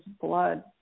blood